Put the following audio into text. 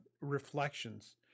reflections